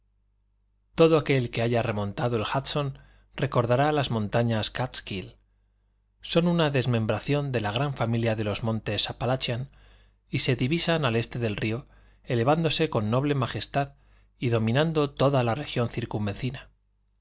todo aquél que haya remontado el hudson recordará las montañas káatskill son una desmembración de la gran familia de los montes appalachian y se divisan al este del río elevándose con noble majestad y dominando toda la región circunvecina